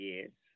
Yes